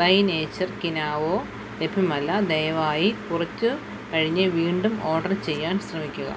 ബൈനേച്ചർ കിനാവോ ലഭ്യമല്ല ദയവായി കുറച്ചു കഴിഞ്ഞ് വീണ്ടും ഓഡർ ചെയ്യാൻ ശ്രമിക്കുക